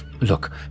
look